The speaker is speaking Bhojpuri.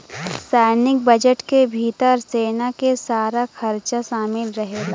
सैनिक बजट के भितर सेना के सारा खरचा शामिल रहेला